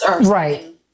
Right